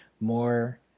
more